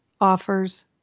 offers